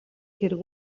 хэрэг